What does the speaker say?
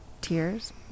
Tears